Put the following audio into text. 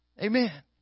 Amen